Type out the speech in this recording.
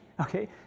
okay